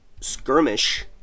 Skirmish